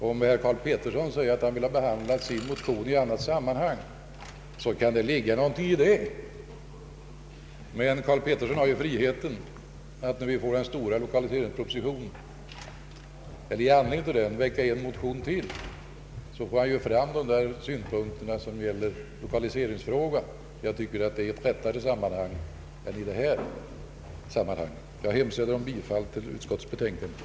Herr Karl Pettersson säger att han vill ha sin motion behandlad i annat sammanhang, och det kan ligga någonting i det. Men herr Karl Pettersson har friheten att i anledning av den kommande stora lokaliseringspropositionen väcka ytterligare en motion. Då kan han ju föra fram sina synpunkter vad gäller 1okaliseringsfrågan. Jag tycker att det vore ett riktigare sammanhang än detta. Herr talman! Jag hemställer om bifall till utskottets förslag.